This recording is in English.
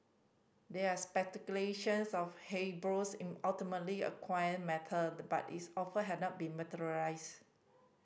there are speculations of Hasbro in ultimately acquire mattered but its offer has not materialised